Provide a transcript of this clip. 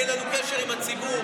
היה לנו קשר עם הציבור.